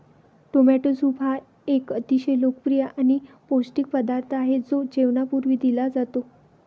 tomato soup हा एक अतिशय लोकप्रिय आणि पौष्टिक पदार्थ आहे जो जेवणापूर्वी दिला जातो